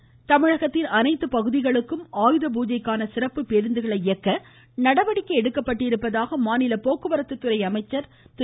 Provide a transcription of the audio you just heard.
விஜயபாஸ்கர் தமிழகத்தின் அனைத்து பகுதிகளுக்கும் ஆயுதப்பூஜைக்கான சிறப்பு பேருந்துகளை இயக்க நடவடிக்கை எடுக்கப்பட்டுள்ளதாக மாநில போக்குவரத்து துறை அமைச்சா் திரு